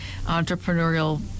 entrepreneurial